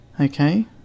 Okay